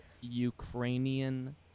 Ukrainian